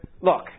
look